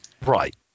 right